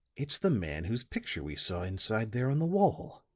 it's the man whose picture we saw inside there on the wall.